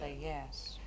yes